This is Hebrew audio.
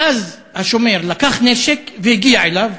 ואז השומר לקח נשק והגיע אליו.